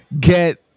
get